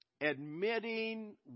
Admitting